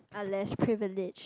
are less privileged